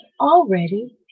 already